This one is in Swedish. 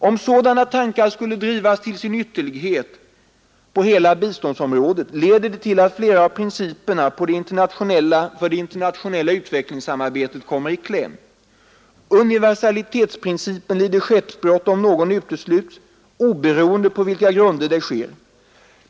Om sådana tankar skulle drivas till sin ytterlighet på hela biståndsområdet leder de till att flera av principerna för det internationella utvecklingssamarbetet kommer i kläm: Universalitetsprincipen lider skeppsbrott om någon utesluts, oberoende på vilka grunder det sker.